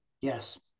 Yes